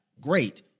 great